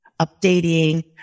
updating